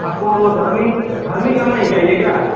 आपको धार्मिक धार्मिक गाना ही चाहिए क्या